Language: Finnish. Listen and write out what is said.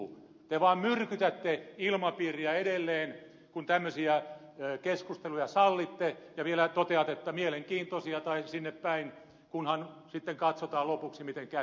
te vaan myrkytätte ilmapiiriä edelleen kun tämmöisiä keskusteluja sallitte ja vielä toteatte että mielenkiintoisia tai sinne päin kunhan sitten katsotaan lopuksi miten käy